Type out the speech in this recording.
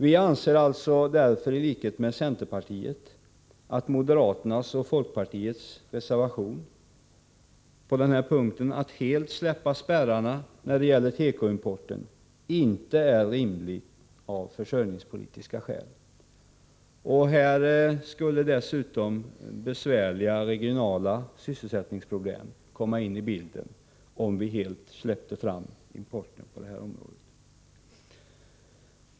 Vi socialdemokrater anser därför i likhet med centerpartiet att moderaternas och folkpartiets reservation på den här punkten, att helt släppa spärrarna när det gäller tekoimporten, inte är rimligt av försörjningspolitiska skäl. Dessutom skulle besvärliga regionala sysselsättningsproblem komma in i bilden, om vi helt släppte fram importen på tekoområdet.